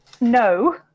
No